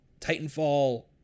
Titanfall